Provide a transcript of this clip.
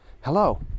Hello